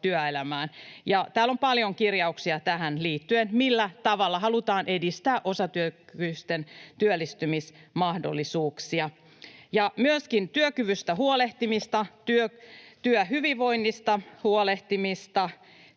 täällä on paljon kirjauksia tähän liittyen, millä tavalla halutaan edistää osatyökykyisten työllistymismahdollisuuksia, ja on myöskin työkyvystä huolehtimista, työhyvinvoinnista huolehtimista,